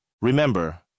Remember